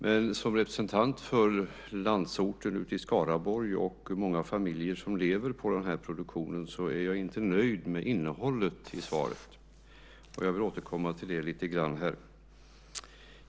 Men som representant för landsorten i Skaraborg och många familjer som lever på den här produktionen är jag inte nöjd med innehållet i svaret. Jag vill återkomma till det lite grann här.